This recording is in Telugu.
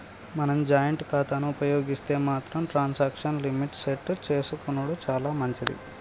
మనం జాయింట్ ఖాతాను ఉపయోగిస్తే మాత్రం ట్రాన్సాక్షన్ లిమిట్ ని సెట్ చేసుకునెడు చాలా మంచిది